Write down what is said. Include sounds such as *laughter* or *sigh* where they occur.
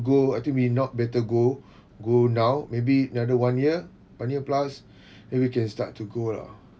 go I think we not better go go now maybe another one year one year plus *breath* then we can start to go lah